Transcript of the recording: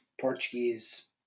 Portuguese